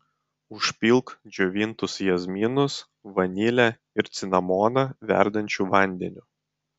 užpilk džiovintus jazminus vanilę ir cinamoną verdančiu vandeniu